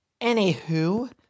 Anywho